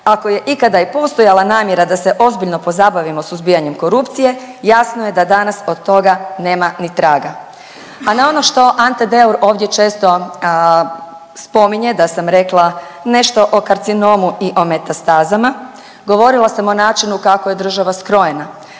Ako je ikada i postojala namjera da se ozbiljno pozabavimo suzbijanjem korupcije jasno je da danas od toga nema ni traga. A na ono što Ante Deur ovdje često spominje da sam rekla nešto o karcinomu i o metastazama, govorila sam o načinu kako je država skrojena